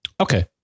Okay